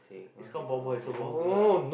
is called ball ball so ball girl ah